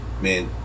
man